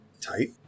Tight